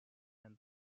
and